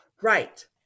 Right